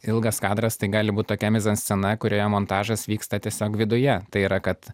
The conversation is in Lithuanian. ilgas kadras tai gali būt tokia mizanscena kurioje montažas vyksta tiesiog viduje tai yra kad